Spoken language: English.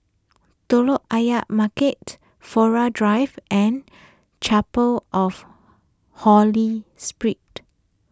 Telok Ayer Market Flora Drive and Chapel of Holy Spirit